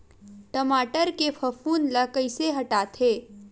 टमाटर के फफूंद ल कइसे हटाथे?